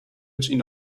ihn